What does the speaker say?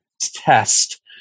test